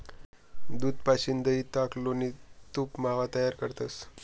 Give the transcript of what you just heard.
दूध पाशीन दही, ताक, लोणी, तूप, मावा तयार करतंस